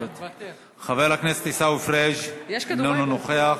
חבר הכנסת עיסאווי פריג' אינו נוכח.